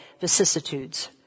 Vicissitudes